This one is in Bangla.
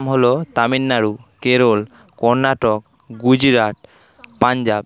হলো তামিলনাড়ু কেরল কর্ণাটক গুজরাট পাঞ্জাব